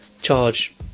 charge